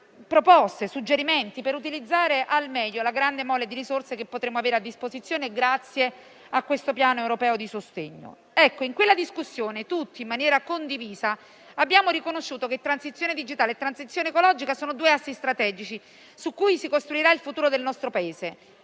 proposte, suggerimenti per utilizzare al meglio la grande mole di risorse che potremmo avere a disposizione grazie al Piano europeo di sostegno. Ecco, in quella discussione, tutti, in maniera condivisa, abbiamo riconosciuto che transizione digitale e transizione ecologica sono due assi strategici su cui si costruirà il futuro del nostro Paese.